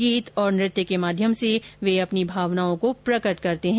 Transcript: गीत नृत्य के माध्यम से वे अपनी भावनाओं को प्रकट करते हैं